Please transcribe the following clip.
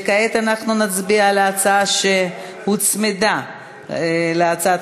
כעת אנחנו נצביע על ההצעה שהוצמדה להצעת